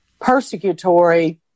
persecutory